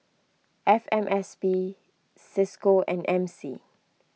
F M S P Cisco and M C